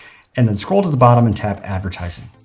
and then scroll to the bottom and tap advertising.